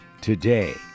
today